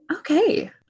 Okay